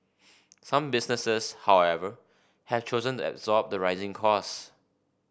some businesses however have chosen to absorb the rising costs